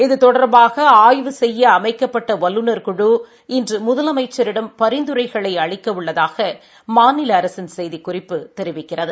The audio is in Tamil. இது தொடர்பாக ஆய்வு செய்ய அமைக்கப்பட்ட வல்லுநர் குழு இன்று முதலமைச்சிடம் பரிநதுரைகளை அளிக்க உள்ளதாக மாநில அரசின் செய்திக்குறிப்பு தெரிவிக்கிறது